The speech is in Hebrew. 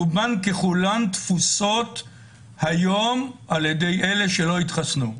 רובן ככולן תפוסות היום על ידי אלה שלא התחסנו.